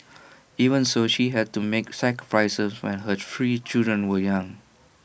even so she has had to make sacrifices when her three children were young